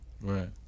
Right